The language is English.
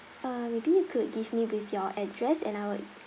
uh maybe you could give me with your address and I would